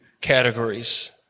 categories